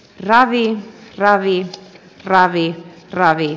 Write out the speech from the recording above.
ravit ravit ravit ravit